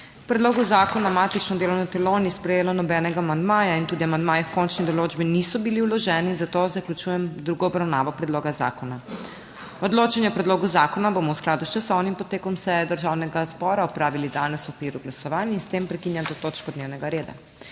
predlogu zakona matično delovno telo ni sprejelo nobenega amandmaja in tudi amandmaji h končni določbi niso bili vloženi, zato zaključujem drugo obravnavo predloga zakona. Odločanje o predlogu zakona bomo v skladu s časovnim potekom seje Državnega zbora opravili danes v okviru glasovanj in s tem prekinjam to točko dnevnega reda.